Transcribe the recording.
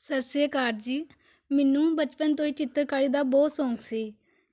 ਸਤਿ ਸ਼੍ਰੀ ਅਕਾਲ ਜੀ ਮੈਨੂੰ ਬਚਪਨ ਤੋਂ ਹੀ ਚਿੱਤਰਕਾਰੀ ਦਾ ਬਹੁਤ ਸ਼ੌਕ ਸੀ